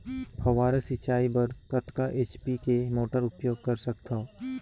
फव्वारा सिंचाई बर कतका एच.पी के मोटर उपयोग कर सकथव?